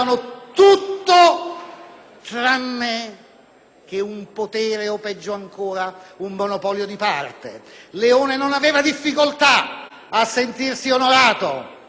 tranne che un potere o, peggio ancora, un monopolio di parte. Leone non aveva difficoltà a sentirsi onorato di avere